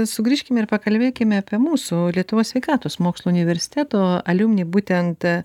sugrįžkim ir pakalbėkim apie mūsų lietuvos sveikatos mokslų universiteto aliumni būtent